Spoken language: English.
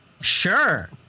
Sure